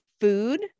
food